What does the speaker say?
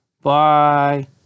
Bye